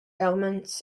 elements